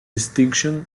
distinction